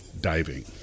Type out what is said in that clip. diving